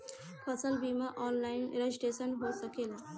फसल बिमा online registration हो सकेला?